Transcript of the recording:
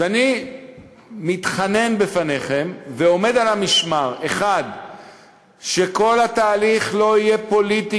אז אני מתחנן בפניכם ועומד על המשמר: שכל התהליך לא יהיה פוליטי,